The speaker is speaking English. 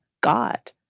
God